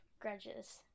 grudges